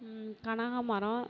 கனகா மரம்